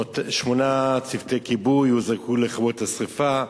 שמונה צוותי כיבוי הוזעקו לכבות את השרפה.